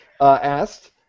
asked